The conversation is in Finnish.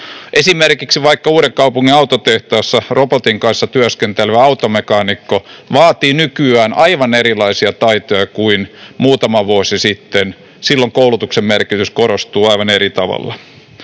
Esimerkiksi Uudenkaupungin autotehtaassa robotin kanssa työskentelevän automekaanikon työ vaatii nykyään aivan erilaisia taitoja kuin muutama vuosi sitten. Silloin koulutuksen merkitys korostuu aivan eri tavalla.